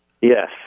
Yes